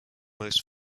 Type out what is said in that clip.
most